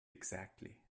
exactly